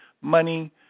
money